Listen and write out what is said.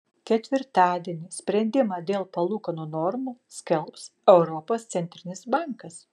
ketvirtadienį sprendimą dėl palūkanų normų skelbs europos centrinis bankas